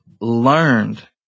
learned